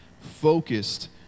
focused